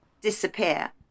disappear